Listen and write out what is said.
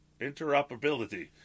interoperability